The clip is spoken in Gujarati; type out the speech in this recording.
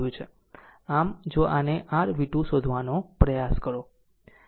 આમ જો આને r v2 શોધવાનો પ્રયાસ કરો